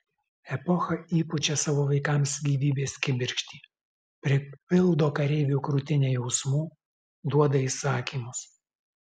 epocha įpučia savo vaikams gyvybės kibirkštį pripildo kareivio krūtinę jausmų duoda įsakymus